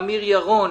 אמיר ירון